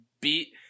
beat